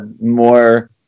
more